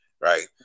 Right